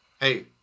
Hey